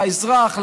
לאזרח,